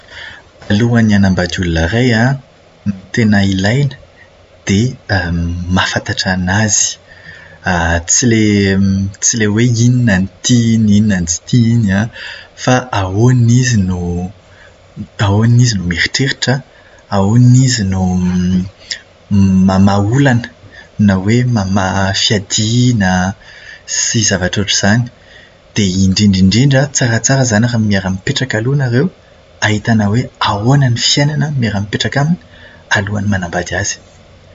Alohan'ny hanambady olona iray an, ny tena ilaina dia mahafantatra anazy. Tsy ilay tsy ilay hoe inona no tiany, inona no tsy tiany, fa ahoana izy no ahoana izy no mieritreritra, ahoana izy no mamaha olana na hoe mamaha fiadiana na zavatra ohatr'izany. Indrindra indrindra, tsaratsara izany raha miara-mipetraka aloha nareo, ahitàna hoe ahoana ny fiainana miara-mipetraka aminy alohan'ny manambady azy.